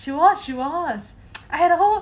she was she was I had a whole